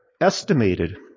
estimated